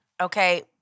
Okay